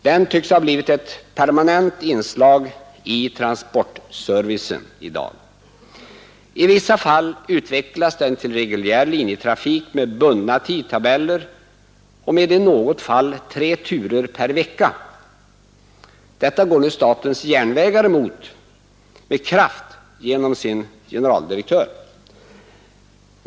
Den tycks ha blivit ett permanent inslag i transportservicen i dag. I vissa fall utvecklas den till reguljär linjetrafik med bundna tidtabeller och med i något fall tre turer per vecka. Detta går statens järnvägar emot med kraft genom sin generaldirektör.